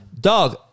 dog